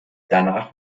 danach